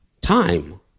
Time